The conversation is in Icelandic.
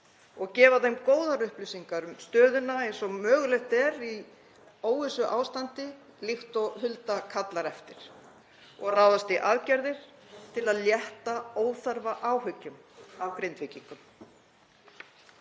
og gefa þeim góðar upplýsingar um stöðuna, eins og mögulegt er í óvissuástandi, líkt og Hulda kallar eftir og ráðast í aðgerðir til að létta óþarfa áhyggjum af Grindvíkingum.